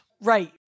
Right